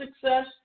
success